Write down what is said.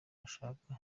bashaka